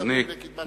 עוברים לקדמת הבמה.